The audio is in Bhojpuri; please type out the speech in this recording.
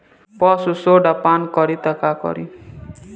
पशु सोडा पान करी त का करी?